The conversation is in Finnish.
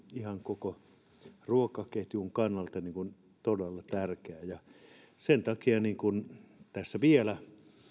ihan koko ruokaketjun kannalta todella tärkeää sen takia tässä vielä haluan